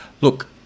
look